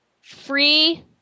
free